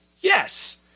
Yes